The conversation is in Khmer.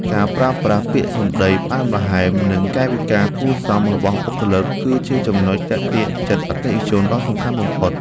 ការប្រើប្រាស់ពាក្យសម្តីផ្អែមល្ហែម និងកាយវិការគួរសមរបស់បុគ្គលិក គឺជាចំណុចទាក់ទាញចិត្តអតិថិជនដ៏សំខាន់បំផុត។